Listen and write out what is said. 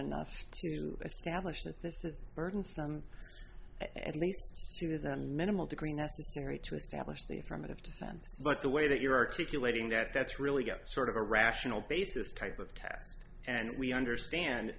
enough to establish that this is burdensome at least to the minimal degree necessary to establish the affirmative defense but the way that you're articulating that that's really got sort of a rational basis type of test and we understand